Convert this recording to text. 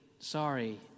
Sorry